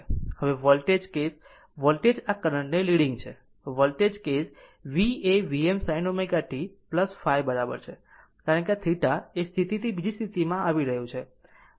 હવે voltage case voltage આ current ને લીડીંગ છે વોલ્ટેજ કેસ v એ Vm sin ω t ϕ બરાબર છે કારણ કે આ θ એ સ્થિતિથી બીજી સ્થિતિમાં આવી રહ્યું છે